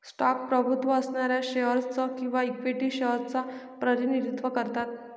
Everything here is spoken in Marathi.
स्टॉक प्रभुत्व असणाऱ्या शेअर्स च किंवा इक्विटी शेअर्स च प्रतिनिधित्व करतात